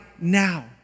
now